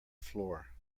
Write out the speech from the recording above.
floor